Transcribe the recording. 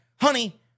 Honey